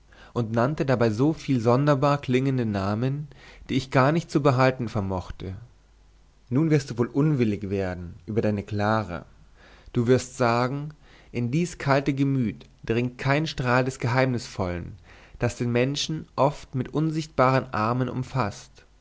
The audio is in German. und nannte dabei so viel sonderbar klingende namen die ich gar nicht zu behalten vermochte nun wirst du wohl unwillig werden über deine clara du wirst sagen in dies kalte gemüt dringt kein strahl des geheimnisvollen das den menschen oft mit unsichtbaren armen umfaßt